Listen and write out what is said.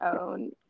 own